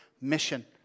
mission